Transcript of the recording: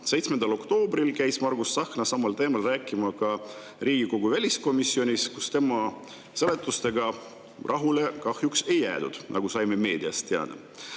7. oktoobril käis Margus Tsahkna samal teemal rääkimas ka Riigikogu väliskomisjonis, kus tema seletustega rahule kahjuks ei jäädud, nagu saime meediast teada.